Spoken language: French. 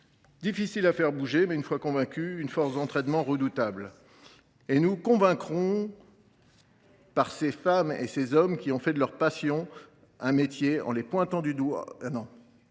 difficile de faire bouger. Mais une fois convaincus, ils se révèlent d’une force d’entraînement redoutable. Or nous ne convaincrons pas ces femmes et ces hommes qui ont fait de leur passion un métier en les pointant du doigt,